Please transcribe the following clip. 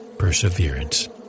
perseverance